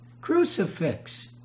crucifix